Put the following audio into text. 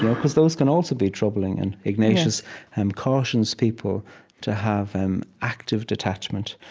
because those can also be troubling and ignatius and cautions people to have an active detachment,